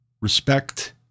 respect